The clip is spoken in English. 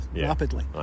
rapidly